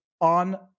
on